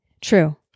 true